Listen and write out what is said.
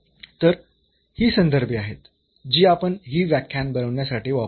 तर ही संदर्भे आहेत जी आपण ही व्याख्याने बनविण्यासाठी वापरली आहेत